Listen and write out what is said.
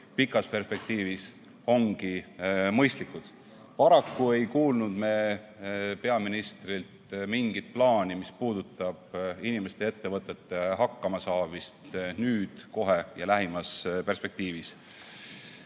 pikas perspektiivis ongi mõistlikud. Paraku ei kuulnud me peaministrilt mingit plaani, mis puudutab inimeste ja ettevõtete hakkama saamist nüüd, kohe ja lähimas perspektiivis.